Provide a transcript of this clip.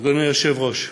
אדוני היושב-ראש,